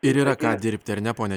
ir yra ką dirbti ar ne pone